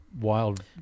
wild